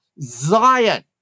Zion